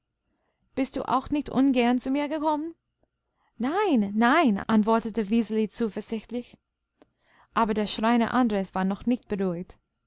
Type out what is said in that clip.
bist du auch nicht ungern zu mir gekommen nein nein antwortete wiseli zuversichtlich aber der schreiner andres war noch nicht beruhigt